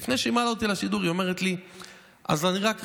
לפני שהיא מעלה אותי לשידור, אתה יודע,